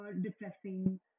depressing